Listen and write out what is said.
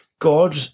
God